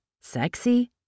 sexy